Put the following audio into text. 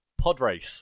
Podrace